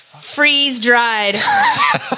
Freeze-dried